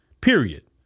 period